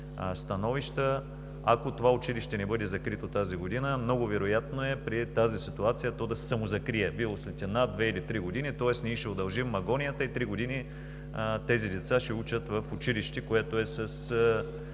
ако това училище не бъде закрито тази година, много вероятно е при тази ситуация то да се самозакрие – било след една, две или три години, тоест ние ще удължим агонията и три години тези деца ще учат в училище, което е с